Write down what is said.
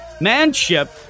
Manship